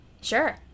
Sure